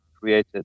created